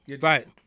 Right